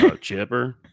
Chipper